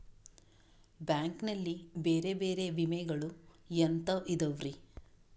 Bank ನಲ್ಲಿ ಬೇರೆ ಬೇರೆ ವಿಮೆಗಳು ಎಂತವ್ ಇದವ್ರಿ?